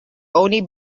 only